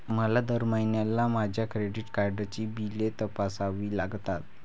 मला दर महिन्याला माझ्या क्रेडिट कार्डची बिले तपासावी लागतात